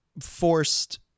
forced